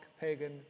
pagan